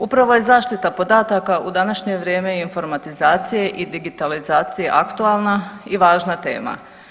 Upravo je zaštita podataka u današnje vrijeme informatizacije i digitalizacije aktualna i važna tema.